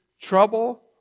trouble